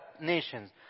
nations